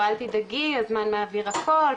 או אל תדאגי הזמן מעביר הכל,